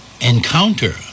Encounter